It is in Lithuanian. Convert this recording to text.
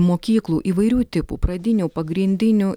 mokyklų įvairių tipų pradinių pagrindinių